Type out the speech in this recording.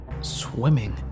Swimming